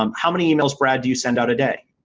um how many emails, brad, do you send out a day?